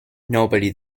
nobody